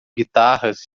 guitarras